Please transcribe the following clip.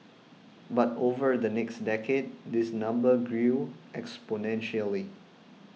but over the next decade this number grew exponentially